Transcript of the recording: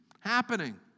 happening